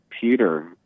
Peter